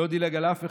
לא דילג על אף אחד,